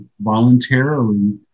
voluntarily